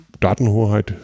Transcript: Datenhoheit